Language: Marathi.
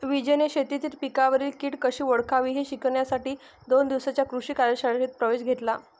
विजयने शेतीतील पिकांवरील कीड कशी ओळखावी हे शिकण्यासाठी दोन दिवसांच्या कृषी कार्यशाळेत प्रवेश घेतला